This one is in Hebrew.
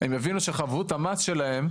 הם יבינו שחבות המס שלהם,